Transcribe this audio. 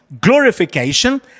glorification